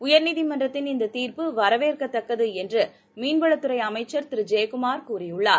உயர்நீதிமன்றத்தின் இந்ததீர்ப்பு வரவேற்கத்தக்கதுஎன்றுமீன்வளத்துறைஅமைச்சர் திருஜெயக்குமார் கூறியுள்ளார்